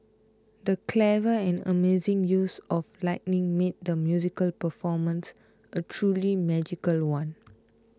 the clever and amazing use of lighting made the musical performance a truly magical one